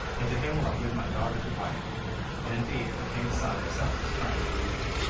and to him will i give my daughter to wife and indeed the king's son excelled his friend in beauty.